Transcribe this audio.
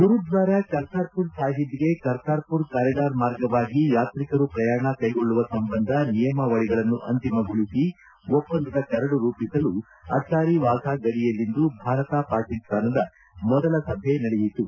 ಗುರುದ್ವಾರ ಕರ್ತಾಮರ್ ಸಾಹಿಬ್ ಗೆ ಕರ್ತಾರ್ಮರ್ ಕಾರಿಡಾರ್ ಮಾರ್ಗವಾಗಿ ಯಾತ್ರಿಕರು ಪ್ರಯಾಣ ಕ್ಲೆಗೊಳ್ಳುವ ಸಂಬಂಧ ನಿಯಮವಾಗಳಿಗಳನ್ನು ಅಂತಿಮಗೊಳಿಸಿ ಒಪ್ಪಂದದ ಕರಡು ರೂಪಿಸಲು ಅಟ್ಲಾರಿ ವಾಫಾ ಗಡಿಯಲ್ಲಿಂದು ಭಾರತ ಪಾಕಿಸ್ತಾನದ ಮೊದಲ ಸಭೆ ನಡೆಯಿತು